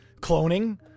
cloning